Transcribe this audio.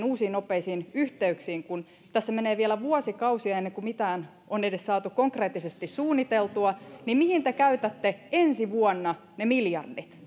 uusiin nopeisiin yhteyksiin kun tässä menee vielä vuosikausia ennen kuin mitään on saatu edes konkreettisesti suunniteltua mihin te käytätte ensi vuonna ne miljardit